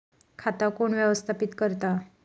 खाता कोण व्यवस्थापित करता?